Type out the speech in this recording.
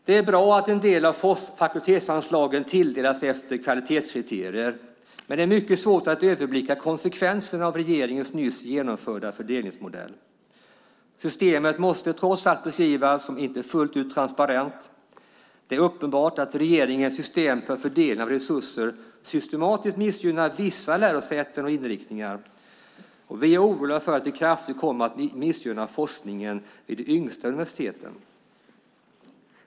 Det är bra att en del av fakultetsanslagen tilldelas efter kvalitetskriterier, men det är mycket svårt att överblicka konsekvenserna av regeringens nyss genomförda fördelningsmodell. Systemet måste trots allt beskrivas som inte fullt ut transparent. Det är uppenbart att regeringens system för fördelning av resurser systematiskt missgynnar vissa lärosäten och inriktningar. Vi är oroliga för att det kraftigt kommer att missgynna forskningen vid de yngsta universiteten.